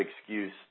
excuse